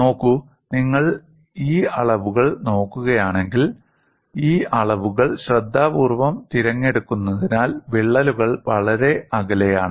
നോക്കൂ നിങ്ങൾ ഈ അളവുകൾ നോക്കുകയാണെങ്കിൽ ഈ അളവുകൾ ശ്രദ്ധാപൂർവ്വം തിരഞ്ഞെടുക്കുന്നതിനാൽ വിള്ളലുകൾ വളരെ അകലെയാണ്